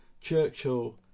Churchill